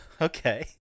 Okay